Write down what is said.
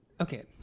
Okay